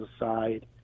aside